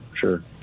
Sure